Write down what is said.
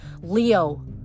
Leo